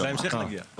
בהמשך נגיע.